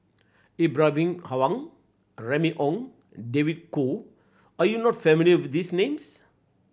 Ibrahim Awang Remy Ong David Kwo are you not familiar with these names